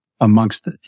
amongst